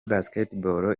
basketball